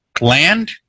land